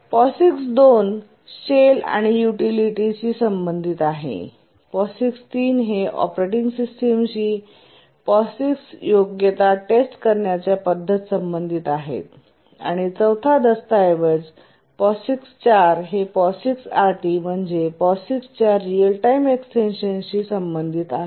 POSIX 2 shell आणि utilities शी संबधित आहे POSIX ३ हे ऑपरेटिंग सिस्टम ची POSIX योग्यता टेस्ट करण्याच्या पद्धत संबधित आहे आणि चौथा दस्तऐवज POSIX ४ हे POSIX RT म्हणजे POSIX च्या रिअल टाइम एक्सटेंशन संबधित आहे